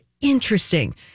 interesting